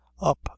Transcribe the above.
up